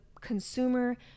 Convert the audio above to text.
consumer